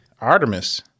Artemis